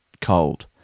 cold